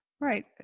right